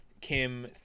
Kim